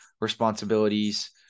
responsibilities